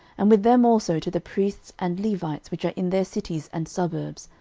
and with them also to the priests and levites which are in their cities and suburbs,